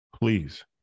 please